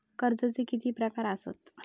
कर्जाचे किती प्रकार असात?